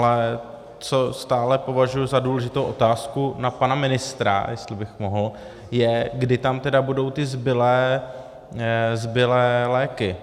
Ale co stále považuji za důležitou otázku na pana ministra, jestli bych mohl, je, kdy tam tedy budou ty zbylé léky?